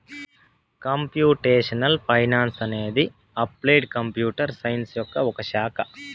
computational finance అనేది applied computer science యొక్క ఒక శాఖ